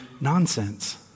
nonsense